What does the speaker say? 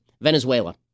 Venezuela